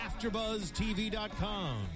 AfterBuzzTV.com